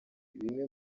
bimwe